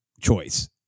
choice